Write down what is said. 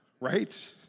right